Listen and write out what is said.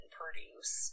produce